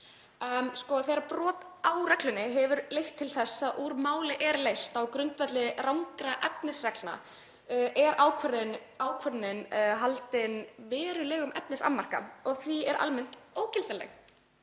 Þegar brot á reglu hefur leitt til þess að úr máli er leyst á grundvelli rangra efnisreglna er ákvörðunin haldin verulegum efnisannmarka og er því almennt ógildanleg.